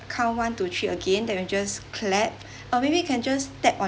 count one to three again then we just clap uh maybe you can just tap on your